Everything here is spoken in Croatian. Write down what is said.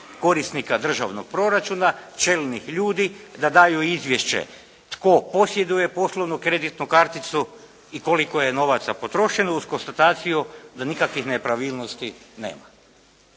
korisnika državnog proračuna čelnih ljudi da daju izvješće tko posjeduje poslovnu kreditnu karticu i koliko je novaca potrošeno uz konstataciju da nikakvi nepravilnosti nema.